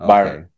Byron